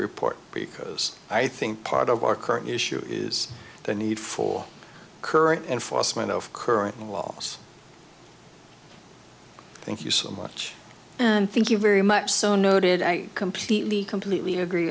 report because i think part of our current issue is the need for current enforcement of current and well thank you so much and thank you very much so noted i completely completely agree